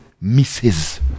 misses